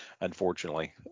Unfortunately